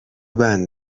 بند